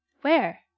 Where